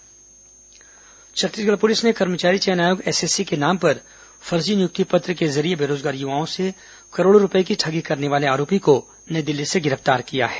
ठगी आरोपी गिरफ्तार छत्तीसगढ़ पुलिस ने कर्मचारी चयन आयोग एसएससी के नाम पर फर्जी नियुक्ति पत्र के जरिये बेरोजगार युवाओं से करोड़ों रूपये की ठगी करने वाले आरोपी को नई दिल्ली से गिरफ्तार किया है